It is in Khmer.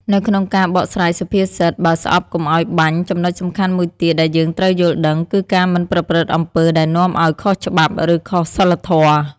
នៅក្នុងការបកស្រាយសុភាសិត "បើស្អប់កុំឲ្យបាញ់" ចំណុចសំខាន់មួយទៀតដែលយើងត្រូវយល់ដឹង គឺការមិនប្រព្រឹត្តអំពើដែលនាំឲ្យខុសច្បាប់ ឬខុសសីលធម៌។